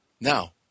Now